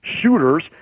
shooters